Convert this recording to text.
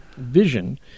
vision